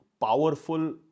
powerful